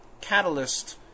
catalyst